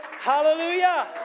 Hallelujah